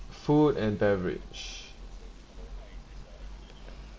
food and beverage